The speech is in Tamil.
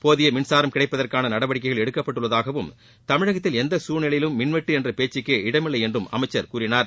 போதிய மின்சாரம் கிடைப்பதற்கான நடவடிக்கைகள் எடுக்கப்பட்டுள்ளதாகவும் தமிழகத்தில் எந்த சூழ்நிலையிலும் மின்வெட்டு என்ற பேச்சுக்கே இடமில்லை என்றும் அமைச்சர் கூறினார்